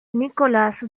nicolas